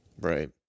Right